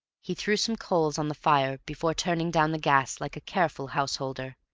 he threw some coals on the fire before turning down the gas like a careful householder.